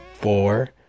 four